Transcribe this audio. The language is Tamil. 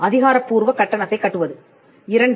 அதிகாரப்பூர்வ கட்டணத்தைக் கட்டுவது 2